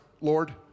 Lord